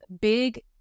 big